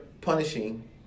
punishing